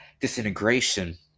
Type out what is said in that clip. disintegration